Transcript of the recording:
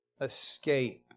escape